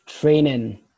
training